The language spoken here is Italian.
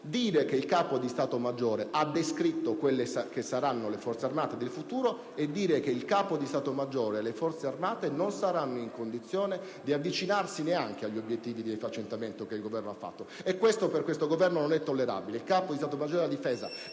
Dire che il Capo di Stato maggiore ha descritto le Forze armate del futuro è dire che il Capo di Stato maggiore e le Forze armate non saranno in condizione di avvicinarsi neanche agli obiettivi di efficientamento che il Governo ha realizzato, e questo per il Governo non è tollerabile. Il Capo di Stato maggiore della Difesa